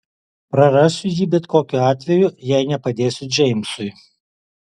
prarasiu jį bet kokiu atveju jei nepadėsiu džeimsui